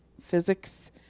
physics